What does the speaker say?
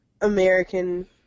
American